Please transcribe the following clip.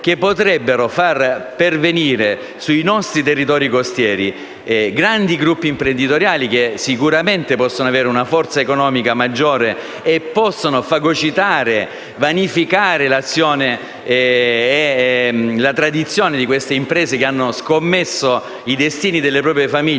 che potrebbero far arrivare sui nostri territori costieri grandi gruppi imprenditoriali che sicuramente possono avere una forza economica maggiore e vanificare la tradizione di queste imprese che hanno scommesso i destini delle proprie famiglie